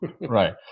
Right